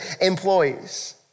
employees